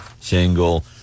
single